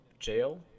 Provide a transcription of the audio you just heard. jail